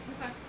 Okay